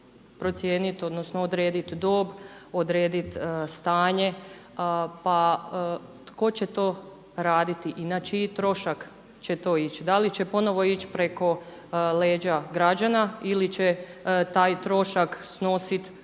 procijenit odnosno odredit dob, odredit stanje, pa tko će to raditi i na čiji trošak će to ići. Da li će ponovo ići preko leđa građana ili će taj trošak snositi